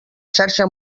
xarxa